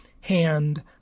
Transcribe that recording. hand